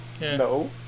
No